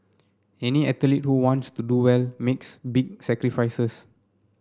any athlete who wants to do well makes big sacrifices